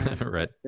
Right